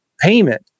payment